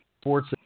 sports